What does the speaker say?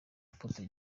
apotre